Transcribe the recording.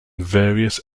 various